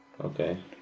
Okay